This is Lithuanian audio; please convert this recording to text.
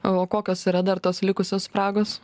o kokios yra dar tos likusios spragos